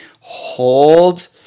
Hold